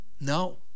No